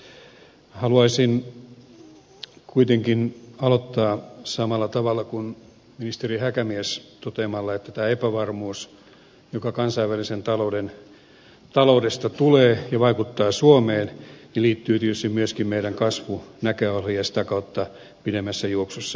haluaisin kuitenkin aloittaa samalla tavalla kuin ministeri häkämies toteamalla että tämä epävarmuus joka kansainvälisestä taloudesta tulee ja vaikuttaa suomeen liittyy tietysti myöskin meidän kasvunäköaloihin ja sitä kautta pidemmässä juoksussa työllisyyteen